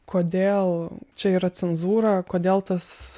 kodėl čia yra cenzūra kodėl tas